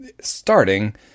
starting